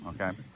okay